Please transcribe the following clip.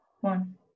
One